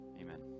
Amen